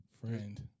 friend